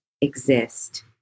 exist